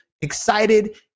excited